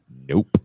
Nope